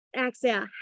exhale